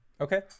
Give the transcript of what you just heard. Okay